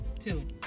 two